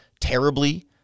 terribly